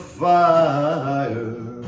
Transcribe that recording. fire